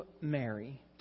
Mary